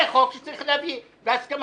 זה חוק שצריך להביא בהסכמה.